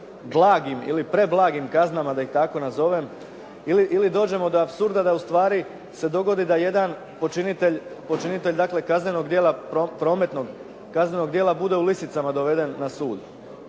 blagim ili preblagim kaznama da ih tako nazovem, ili dođemo do apsurda da ustvari se dogodi da jedan počinitelj dakle kaznenog djela, prometnog kaznenog djela bude u lisicama doveden na sud,